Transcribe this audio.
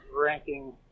ranking